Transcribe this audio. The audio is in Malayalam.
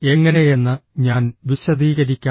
എങ്ങനെയെന്ന് ഞാൻ വിശദീകരിക്കാം